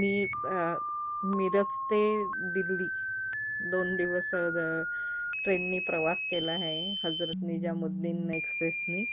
मी मिरज ते दिल्ली दोन दिवस ट्रेननी प्रवास केला आहे हजरत निजामुद्दीन एक्सप्रेसने